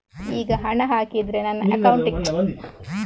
ಈಗ ಹಣ ಹಾಕಿದ್ರೆ ನನ್ನ ಅಕೌಂಟಿಗೆ ಬರಲು ಎಷ್ಟು ಟೈಮ್ ಹಿಡಿಯುತ್ತೆ?